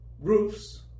roofs